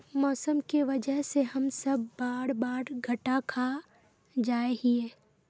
मौसम के वजह से हम सब बार बार घटा खा जाए हीये?